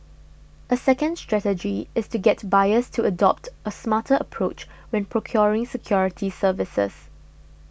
a second strategy is to get buyers to adopt a smarter approach when procuring security services